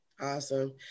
Awesome